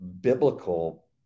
biblical